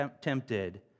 tempted